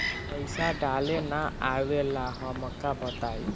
पईसा डाले ना आवेला हमका बताई?